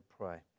pray